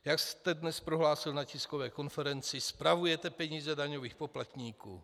Jak jste dnes prohlásil na tiskové konferenci, spravujete peníze daňových poplatníků.